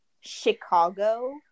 Chicago